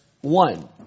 one